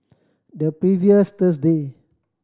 the previous Thursday